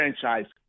franchise